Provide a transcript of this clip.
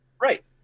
Right